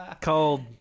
called